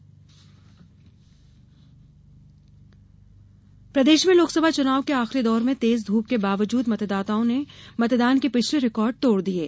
मतदान प्रतिशत प्रदेश में लोकसभा चुनाव के आखिरी दौर में तेज धूप के बावजूद मतदाताओं ने मतदान के पिछले रिकॉर्ड तोड़ दिए हैं